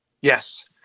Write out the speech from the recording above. Yes